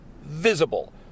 visible